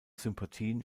sympathien